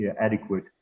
adequate